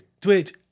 Twitch